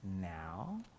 now